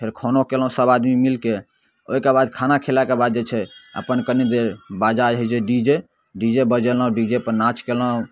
फेर खानो कयलहुँ सभ आदमी मिलके ओइके बाद खाना खेलाके बाद जे छै अपन कनि देर बाजा जे होइ छै डी जे डी जे बजेलौ डी जे पर नाच कयलहुँ